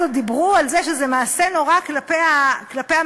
אז עוד דיברו על זה שזה מעשה נורא כלפי המגורשים,